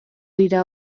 dira